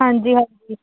ਹਾਂਜੀ ਹਾਂਜੀ